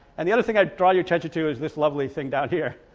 and the other thing i draw your attention to is this lovely thing down here